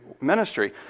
ministry